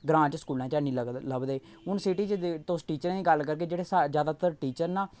ग्रां च स्कूलें च हैनी लगदे लभदे हू'न सिटी च तुस टीचरें दी गल्ल करगे जेह्ड़े सा जैदातर टीचर ना